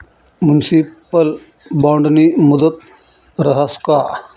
Municipal बॉन्डनी मुदत रहास का?